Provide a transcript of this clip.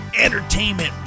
entertainment